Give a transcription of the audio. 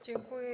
Dziękuję.